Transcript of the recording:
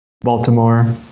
Baltimore